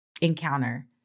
encounter